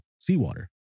seawater